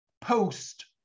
post